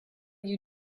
you